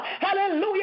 hallelujah